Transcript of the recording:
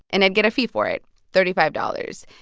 and i'd get a fee for it thirty five dollars.